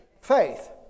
Faith